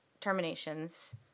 terminations